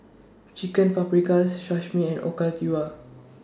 Chicken Paprikas Sashimi and Okayu